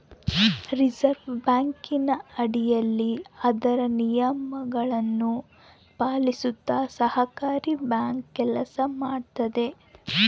reserve ಬ್ಯಾಂಕಿನ ಅಡಿಯಲ್ಲಿ ಅದರ ನಿಯಮಗಳನ್ನು ಪಾಲಿಸುತ್ತ ಸಹಕಾರಿ ಬ್ಯಾಂಕ್ ಕೆಲಸ ಮಾಡುತ್ತದೆ